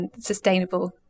sustainable